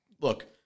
look